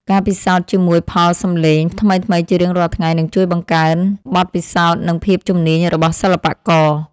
ការពិសោធន៍ជាមួយផលសំឡេងថ្មីៗជារៀងរាល់ថ្ងៃនឹងជួយបង្កើនបទពិសោធន៍ និង ភាពជំនាញរបស់សិល្បករ។